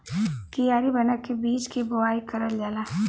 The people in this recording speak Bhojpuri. कियारी बना के बीज के बोवाई करल जाला